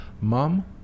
Mom